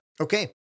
Okay